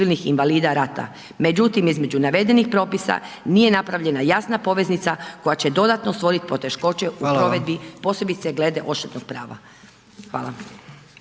Hvala.